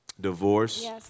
Divorce